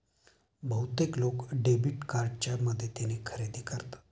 बहुतेक लोक डेबिट कार्डच्या मदतीने खरेदी करतात